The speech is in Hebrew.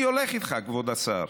כבוד השר,